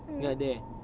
ya there